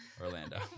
orlando